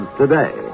today